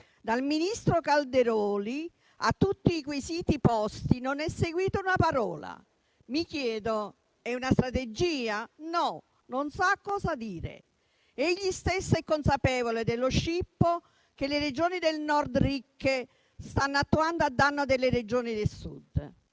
dal ministro Calderoli a tutti i quesiti posti non è seguita una parola. Mi chiedo se non sia una strategia. No: non sa cosa dire ed egli stesso è consapevole dello scippo che le ricche Regioni del Nord stanno attuando a danno delle Regioni del Sud.